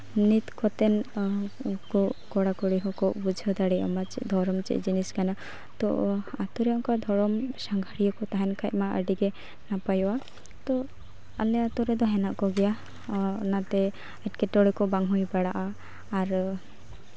ᱱᱤᱛ ᱠᱚᱛᱮ ᱠᱚᱲᱟᱼᱠᱩᱲᱤ ᱦᱚᱸᱠᱚ ᱵᱩᱡᱷᱟᱹᱣ ᱫᱟᱲᱮᱭᱟᱜ ᱢᱟ ᱡᱮ ᱫᱷᱚᱨᱚᱢ ᱪᱮᱫ ᱡᱤᱱᱤᱥ ᱠᱟᱱᱟ ᱛᱳ ᱟᱹᱛᱩ ᱨᱮ ᱚᱱᱠᱟ ᱫᱷᱚᱨᱚᱢ ᱥᱟᱸᱜᱷᱟᱨᱤᱭᱟᱹ ᱠᱚ ᱛᱟᱦᱮᱱ ᱠᱷᱟᱡ ᱢᱟ ᱟᱹᱰᱤᱜᱮ ᱱᱟᱯᱟᱭᱚᱜᱼᱟ ᱛᱳ ᱟᱞᱮ ᱟᱹᱛᱩ ᱨᱮᱫᱚ ᱦᱮᱱᱟᱜ ᱠᱚᱜᱮᱭᱟ ᱚᱱᱟᱛᱮ ᱮᱸᱴᱠᱮᱴᱚᱬᱮ ᱠᱚ ᱵᱟᱝ ᱦᱩᱭ ᱵᱟᱲᱟᱜᱼᱟ